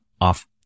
off